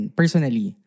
personally